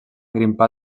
grimpar